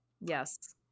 yes